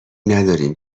نداریم